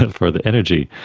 but for the energy,